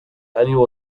annual